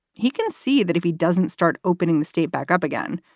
he can see that if he doesn't start opening the state back up again,